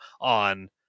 on